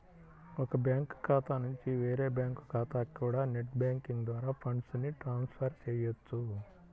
ఒక బ్యాంకు ఖాతా నుంచి వేరే బ్యాంకు ఖాతాకి కూడా నెట్ బ్యాంకింగ్ ద్వారా ఫండ్స్ ని ట్రాన్స్ ఫర్ చెయ్యొచ్చు